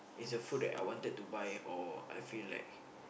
is a food that I wanted to buy or I feel like